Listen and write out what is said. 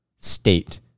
state